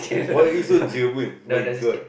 what is so German my god